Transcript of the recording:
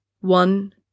One